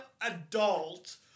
adult